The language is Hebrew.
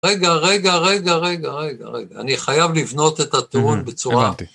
רגע, רגע, רגע, רגע, רגע, רגע, אני חייב לבנות את הטיעון בצורה.